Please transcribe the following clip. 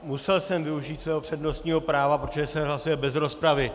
Musel jsem využít svého přednostního práva, protože se hlasuje bez rozpravy.